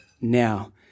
now